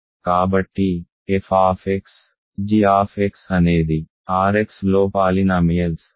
కాబట్టి f g అనేది RXలో పాలినామియల్స్ g అనేది నాన్ జీరో